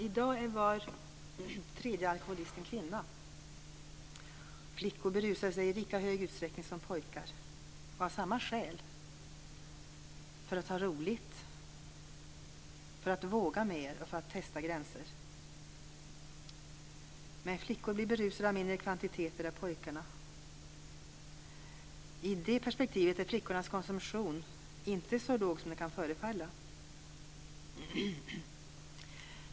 I dag är var tredje alkoholist en kvinna. Flickor berusar sig i lika hög utsträckning som pojkar och av samma skäl, för att ha roligt, för att våga mer och för att testa gränser. Men flickor blir berusade av mindre kvantiteter än pojkarna. I det perspektivet är flickornas konsumtion inte så låg som den kan förefalla.